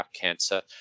cancer